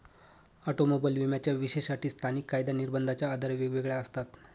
automobile विम्याच्या विशेष अटी स्थानिक कायदा निर्बंधाच्या आधारे वेगवेगळ्या असतात